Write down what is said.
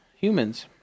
humans